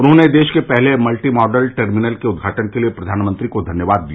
उन्होंने देश के पहले मल्टी मॉडल टर्मिनल के उदघाटन के लिए प्रघानमंत्री को धन्यवाद दिया